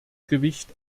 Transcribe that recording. gewicht